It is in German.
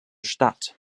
stadt